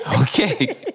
Okay